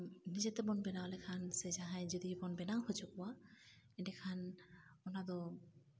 ᱱᱤᱡᱮ ᱛᱮᱵᱚᱱ ᱵᱮᱱᱟᱣ ᱞᱮᱠᱷᱟᱱ ᱥᱮ ᱡᱟᱦᱟᱸᱭ ᱡᱩᱫᱤ ᱵᱚᱱ ᱵᱮᱱᱟᱣ ᱦᱚᱪᱚ ᱠᱚᱣᱟ ᱮᱸᱰᱮᱠᱷᱟᱱ ᱚᱱᱟ ᱫᱚ